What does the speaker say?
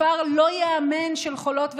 מספר לא ייאמן של חולות וחולים.